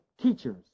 teachers